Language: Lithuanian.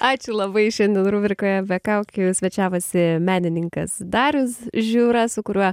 ačiū labai šiandien rubrikoje be kaukių svečiavosi menininkas darius žiūra su kuriuo